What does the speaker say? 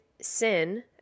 sin